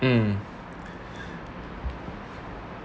um